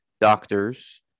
doctors